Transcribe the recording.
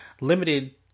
limited